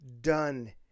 done